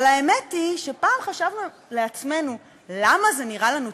אבל האמת היא שפעם חשבנו לעצמנו למה זה נראה לנו טבעי?